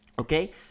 okay